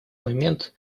момент